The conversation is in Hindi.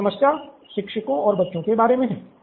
तो यह समस्या शिक्षकों और बच्चों के बारे में है